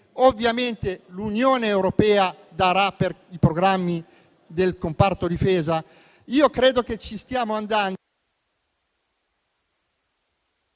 ovviamente l'Unione europea darà per i programmi del comparto difesa?